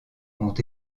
ont